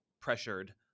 pressured